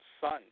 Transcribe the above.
son